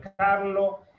carlo